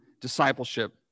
discipleship